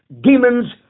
demons